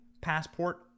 passport